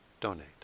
donate